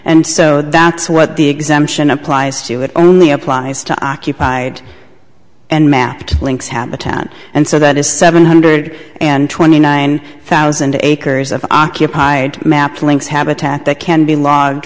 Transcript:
and so that's what the exemption applies to it only applies to occupied and mapped links habitat and so that is seven hundred and twenty nine thousand acres of occupied maps links habitat that can be logged